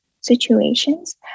situations